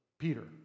Peter